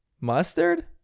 mustard